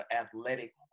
athletic